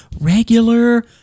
regular